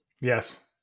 Yes